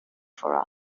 for